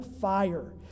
fire